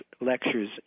lectures